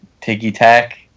ticky-tack